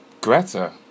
Greta